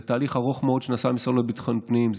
זה תהליך ארוך מאוד שנעשה עם המשרד לביטחון פנים.